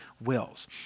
wills